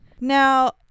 Now